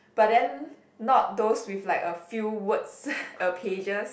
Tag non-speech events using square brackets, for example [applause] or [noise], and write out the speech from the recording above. but then not those with like a few words [breath] a pages